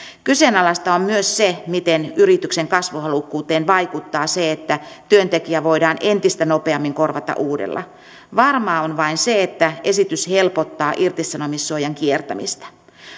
kyseenalaista on myös se miten yrityksen kasvuhalukkuuteen vaikuttaa se että työntekijä voidaan entistä nopeammin korvata uudella varmaa on vain se että esitys helpottaa irtisanomissuojan kiertämistä